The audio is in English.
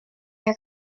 air